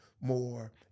more